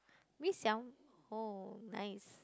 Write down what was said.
mee-siam oh nice